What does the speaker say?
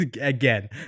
Again